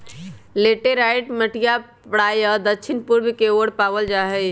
laterite मटिया प्रायः दक्षिण पूर्व के ओर पावल जाहई